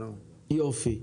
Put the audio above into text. יופי.